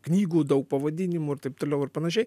knygų daug pavadinimų ir taip toliau ir panašiai